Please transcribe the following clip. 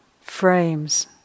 frames